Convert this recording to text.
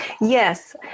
Yes